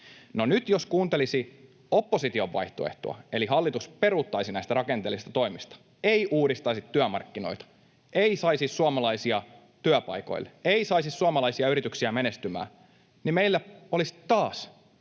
No, nyt jos kuuntelisi opposition vaihtoehtoa, eli hallitus peruuttaisi näistä rakenteellisista toimista, ei uudistaisi työmarkkinoita, ei saisi suomalaisia työpaikoille ja ei saisi suomalaisia yrityksiä menestymään, niin meillä olisi taas